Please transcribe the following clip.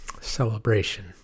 celebration